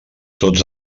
tots